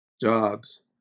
jobs